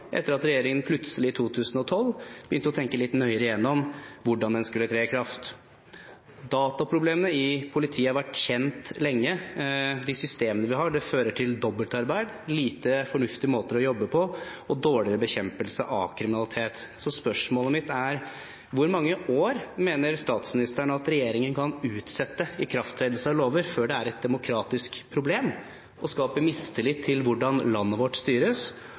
etter at regjeringen plutselig i 2012 begynte å tenke litt nøyere igjennom hvordan den skulle tre i kraft. Dataproblemene i politiet har vært kjent lenge. Systemene vi har, fører til dobbeltarbeid, lite fornuftige måter å jobbe på og dårligere bekjempelse av kriminalitet. Spørsmålet mitt er: Hvor mange år mener statsministeren at regjeringen kan utsette ikrafttredelse av lover før det er et demokratisk problem og skaper mistillit til hvordan landet vårt styres?